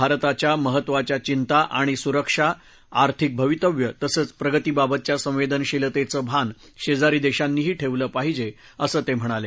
भारताच्या महत्त्वाच्या चिंता आणि सुरक्षा आर्थिक भावितव्य तसंच प्रगतीबाबतच्या संवेदनशीलतेचं भान शेजारी देशांनीही ठेवलं पाहिजे असं ते म्हणाले